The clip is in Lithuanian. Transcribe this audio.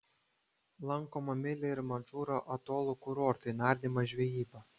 lankoma mili ir madžūro atolų kurortai nardymas žvejyba